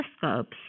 telescopes